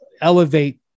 elevate